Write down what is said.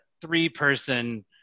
three-person